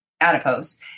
adipose